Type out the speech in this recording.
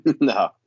no